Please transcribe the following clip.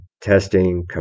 testing